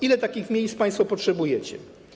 Ile takich miejsc państwo potrzebujecie?